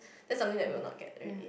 that's something that we will not get really